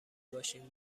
باشین